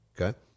okay